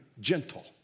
gentle